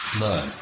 Learn